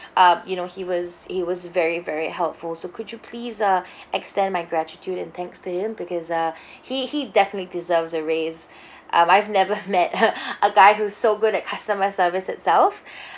um you know he was he was very very helpful so could you please uh extend my gratitude and thanks to him because uh he he definitely deserves a raise um I've never met a a guy who's so good at customer service itself